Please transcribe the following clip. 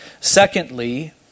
Secondly